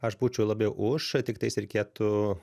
aš būčiau labiau už tiktais reikėtų